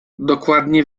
dokładnie